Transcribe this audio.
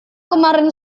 kemarin